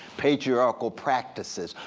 patriarchal practices?